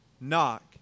Knock